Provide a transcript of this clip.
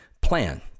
plan